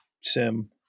Sim